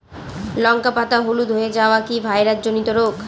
লঙ্কা পাতা হলুদ হয়ে যাওয়া কি ভাইরাস জনিত রোগ?